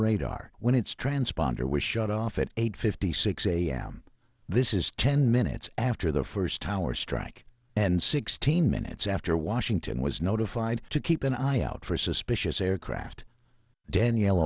radar when its transponder was shut off at eight fifty six a m this is ten minutes after the first tower strike and sixteen minutes after washington was notified to keep an eye out for suspicious